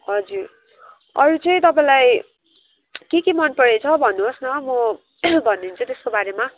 हजुर अरू चाहिँ तपाईँलाई के के मनपरेको छ भन्नुहोस् न म भनिदिन्छु त्यसको बारेमा